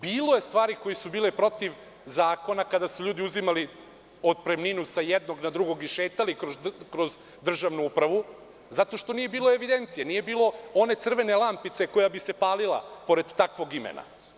Bilo je stvari koje su bile protiv zakona kada su ljudi uzimali otpremninu sa jednog na drugo i šetali kroz državnu upravu, zato što nije bilo evidencije, nije bilo one crvene lampice koja bi se palila pored takvog imena.